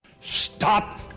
Stop